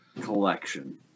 collection